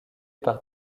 par